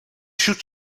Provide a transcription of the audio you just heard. should